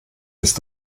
ist